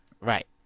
Right